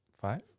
Five